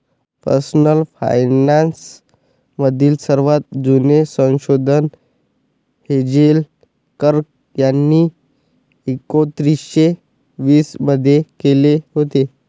personal finance मधील सर्वात जुने संशोधन हेझेल कर्क यांनी एकोन्निस्से वीस मध्ये केले होते